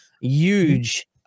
huge